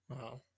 Wow